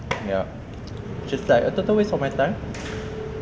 ya just like a total waste of my time